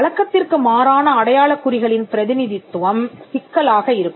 வழக்கத்திற்கு மாறான அடையாளக் குறிகளின் பிரதிநிதித்துவம் சிக்கலாக இருக்கும்